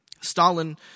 Stalin